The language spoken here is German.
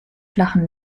flachen